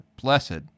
blessed